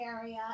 area